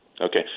Okay